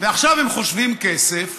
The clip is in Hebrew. ועכשיו הם חושבים כסף